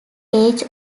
age